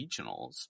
regionals